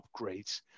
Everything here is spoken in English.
upgrades